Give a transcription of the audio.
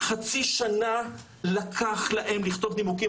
חצי שנה לקח להם לכתוב נימוקים,